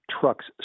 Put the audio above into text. trucks